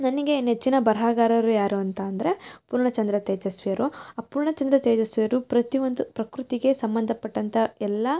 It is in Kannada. ನನಗೆ ನೆಚ್ಚಿನ ಬರಹಗಾರರು ಯಾರು ಅಂತ ಅಂದರೆ ಪೂರ್ಣಚಂದ್ರ ತೇಜಸ್ವಿಯವರು ಆ ಪೂರ್ಣಚಂದ್ರ ತೇಜಸ್ವಿಯವರು ಪ್ರತಿಯೊಂದು ಪ್ರಕೃತಿಗೆ ಸಂಬಂಧಪಟ್ಟಂಥ ಎಲ್ಲ